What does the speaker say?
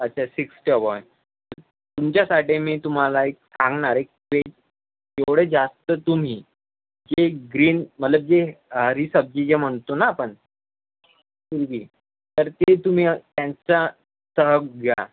अच्छा sixty one तुमच्यासाठी मी तुम्हाला एक सांगणार आहे वेज जेवढे जास्त तुम्ही जे ग्रीन मतलब जे हरी सब्जी जे म्हणतो ना आपण तर ते तुम्ही त्यांचा घ्या